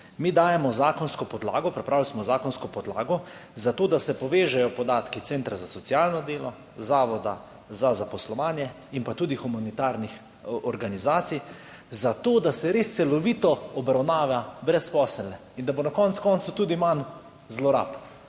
Mi dajemo zakonsko podlago, pripravili smo zakonsko podlago za to, da se povežejo podatki centra za socialno delo, zavoda za zaposlovanje in tudi humanitarnih organizacij, zato da se res celovito obravnava brezposelne in da bo na koncu koncev tudi manj zlorab.